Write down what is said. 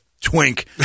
twink